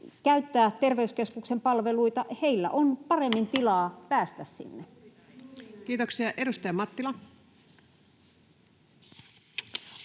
käyttää terveyskeskuksen palveluita, on paremmin tilaa päästä sinne. Kiitoksia. — Edustaja Mattila.